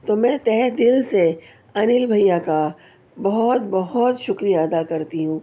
تو میں تہہ دل سے انل بھیا کا بہت بہت شکریہ ادا کرتی ہوں